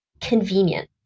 convenient